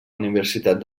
universitat